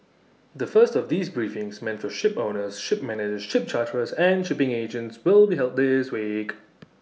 the first of these briefings meant for shipowners ship managers ship charterers and shipping agents will be held this week